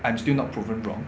I'm still not proven wrong